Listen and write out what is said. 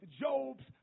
Job's